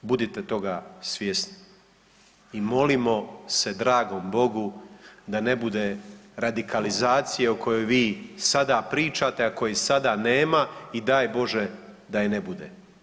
Budite toga svjesni i molimo se dragom bogu da ne bude radikalizacije o kojoj vi sada pričate, a koje sada nema i daj bože da je ne bude.